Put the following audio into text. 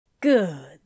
Good